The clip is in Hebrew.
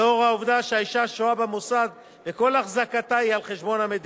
לאור העובדה שהאשה שוהה במוסד וכל החזקתה היא על חשבון המדינה.